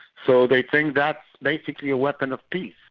so they think that's basically a weapon of peace.